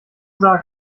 sag